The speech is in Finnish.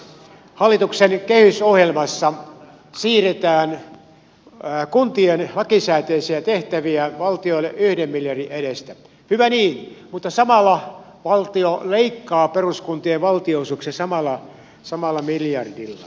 hallituksen kehysohjelmassa siirretään kuntien lakisääteisiä tehtäviä valtiolle yhden miljardin edestä hyvä niin mutta samalla valtio leikkaa peruskuntien valtionosuuksia samalla miljardilla